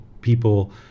people